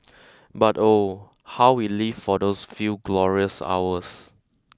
but oh how we lived for those few glorious hours